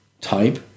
type